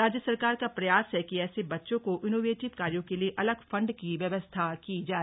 राज्य सरकार का प्रयास है कि ऐसे बच्चों को इनोवेटिव कार्यों के लिए अलग फंड की व्यवस्था की जाय